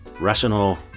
Rational